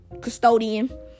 custodian